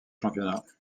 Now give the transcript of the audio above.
championnats